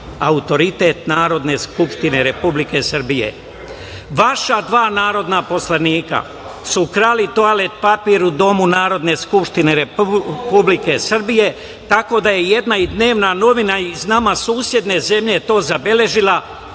autoritet Narodne skupštine Republike Srbije. Vaša dva narodna poslanika su krala toalet papir u domu Narodne skupštine Republike Srbije, tako da je jedna dnevna novina iz nama susedne zemlje to zabeležila,